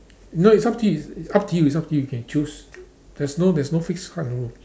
no it's up to you it's it's up to you it's up to you you can choose there's no there's no fixed hard rules